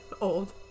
old